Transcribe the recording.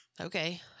Okay